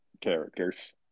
characters